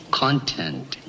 content